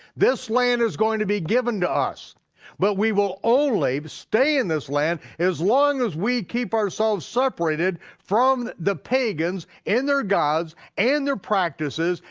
this land is going to be given to us but we will only stay in this land as long as we keep ourselves separated from the pagans and their gods, and their practices,